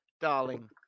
Darling